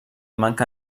manca